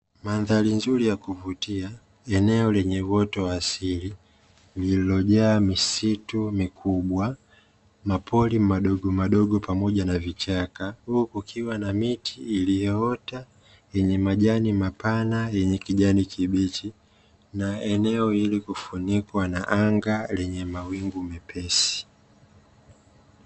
Mandhari nzuri ya kuvutia eneo lenye uoto wa asili lililojaa misitu mikubwa, mapori madogomadogo pamoja na vichaka huku kukiwa na miti iliyoota yenye majani mapana yenye kijani kibichi na eneo ilikufunikwa na anga lenye mawingu mepesi.